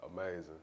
Amazing